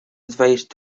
advice